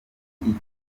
igihe